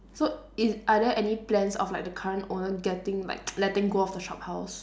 so if are there any plans of like the current owner getting like letting go of the shophouse